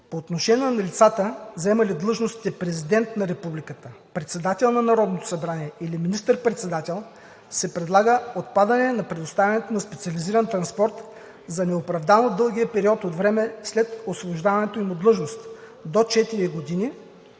По отношение на лицата, заемали длъжностите президент на републиката, председател на Народното събрание или министър председател, се предлага отпадане на предоставянето на специализиран транспорт за неоправдано дългия период от време след освобождаването им от длъжност – до 4 години,